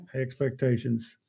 Expectations